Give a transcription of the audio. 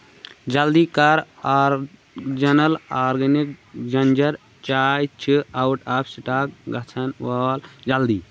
جلدی کر original organic ginger چاے چھ اوٹ آف سٹاک گژھن وول جلدی